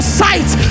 sight